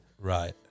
Right